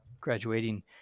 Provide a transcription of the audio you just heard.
graduating